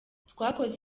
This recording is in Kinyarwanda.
twakoze